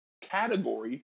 category